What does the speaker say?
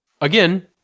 Again